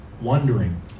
wondering